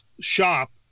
shop